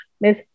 miss